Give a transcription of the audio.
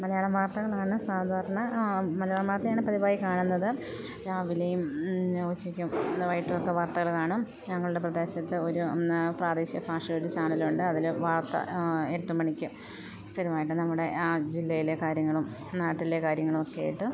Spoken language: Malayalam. മലയാളം വാർത്തകളാണ് സാധാരണ ആ മലയാളം വാർത്തയാണ് പതിവായി കാണുന്നത് രാവിലെയും പിന്നെ ഉച്ചക്കും ഇന്ന് വൈകീട്ടൊക്കെ വാർത്തകൾ കാണും ഞങ്ങളുടെ പ്രദേശത്ത് ഒരു എന്നാ പ്രാദേശീയ ഭാഷയുടെ ചാനലുണ്ട് അതിൽ വാർത്ത എട്ട് മണിക്ക് സ്ഥിരമായിട്ട് നമ്മുടെ ആ ജില്ലയിലെ കാര്യങ്ങളും നാട്ടിലെ കാര്യങ്ങളൊക്കെയായിട്ട്